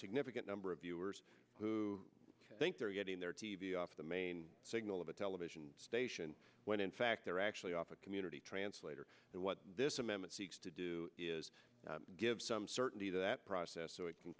significant number of viewers who think they're getting their t v off the main signal of a television station when in fact they're actually off a community translator what this amendment seeks to do is give some certainty that process so it can